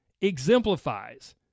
exemplifies